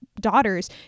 daughters